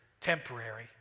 temporary